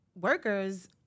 workers